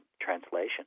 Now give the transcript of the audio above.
translation